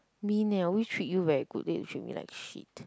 mean leh I always treat you very good then you treat me like shit